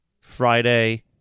Friday